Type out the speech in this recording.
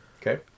Okay